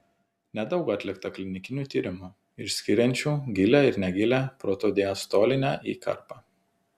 nedaug atlikta klinikinių tyrimų išskiriančių gilią ir negilią protodiastolinę įkarpą